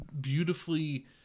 beautifully